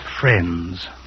friends